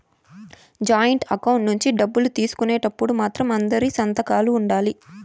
joint account నుంచి డబ్బులు తీసుకునేటప్పుడు మాత్రం అందరి సంతకాలు ఉండాలి